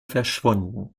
verschwunden